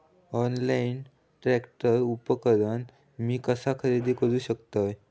Online tractor उपकरण मी कसा खरेदी करू शकतय?